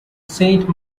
saint